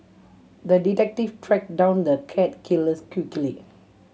the detective tracked down the cat killers quickly